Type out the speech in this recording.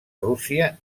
rússia